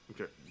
Okay